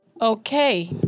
Okay